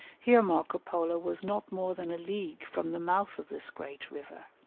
here marco polo was not more than a league from the mouth of this great river.